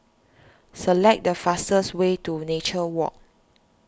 select the fastest way to Nature Walk